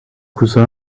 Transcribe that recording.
cousin